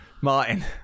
Martin